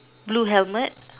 blue helmet